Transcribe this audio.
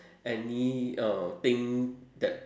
any uh thing that